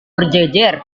berjejer